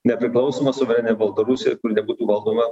nepriklausomą suverenią baltarusiją kuri nebūtų valdoma